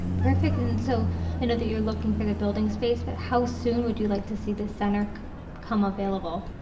perfect. and so i know that you're looking for the building space but how soon would you like to see this center come available?